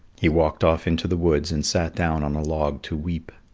he walked off into the woods and sat down on a log to weep.